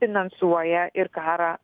finansuoja ir karą